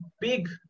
big